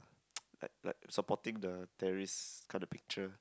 like like supporting the terrorist kind of picture